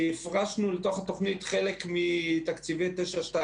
כי הפרשנו לתוכנית חלק מתקציבי 922,